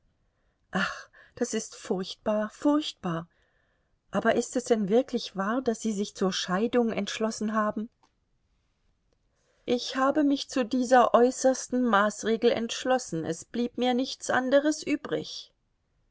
ach das ist furchtbar furchtbar aber ist es denn wirklich wahr daß sie sich zur scheidung entschlossen haben ich habe mich zu dieser äußersten maßregel entschlossen es blieb mir nichts anderes übrig